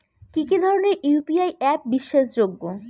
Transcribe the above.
কি কি ধরনের ইউ.পি.আই অ্যাপ বিশ্বাসযোগ্য?